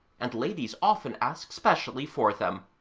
and ladies often ask specially for them.